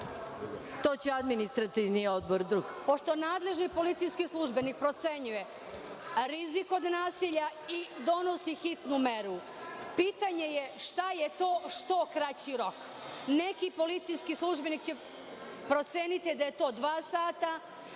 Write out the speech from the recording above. super.) **Gorica Gajić** Pošto nadležni policijski službenik procenjuje rizik od nasilja i donosi hitnu meru. Pitanje šta je to što kraći rok? Neki policijski službenik će proceniti da je to dva sata,